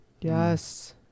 Yes